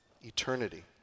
eternity